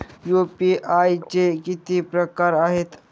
UPI चे किती प्रकार आहेत?